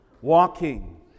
walking